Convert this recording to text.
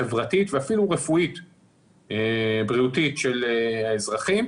החברתית ואפילו הרפואית-בריאותית של האזרחים,